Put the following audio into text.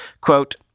Quote